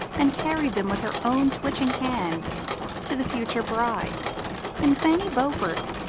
and carried them with her own twitching hands to the future bride and fanny beaufort,